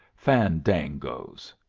fandangoes!